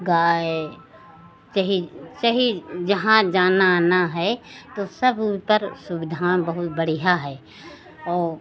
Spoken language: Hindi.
गए सही सही जहाँ जाना आना है तो सब पर सुविधाएँ बहुत बढ़िया है और